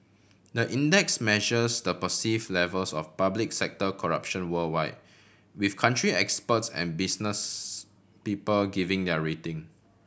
the index measures the perceive levels of public sector corruption worldwide with country experts and business people giving their rating